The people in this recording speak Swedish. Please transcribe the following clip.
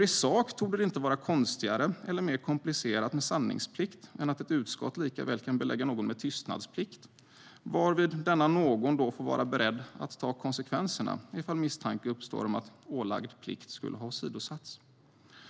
I sak torde det inte vara konstigare eller mer komplicerat med sanningsplikt än att ett utskott likaväl kan belägga någon med tystnadsplikt, varvid denna någon då får vara beredd att ta konsekvenserna ifall misstanke uppstår om att ålagd plikt skulle ha åsidosatts.